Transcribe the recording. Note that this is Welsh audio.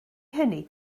hynny